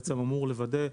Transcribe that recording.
שבעצם אמור לוודא,